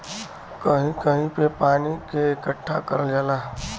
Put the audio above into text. कहीं कहीं पे पानी के इकट्ठा करल जाला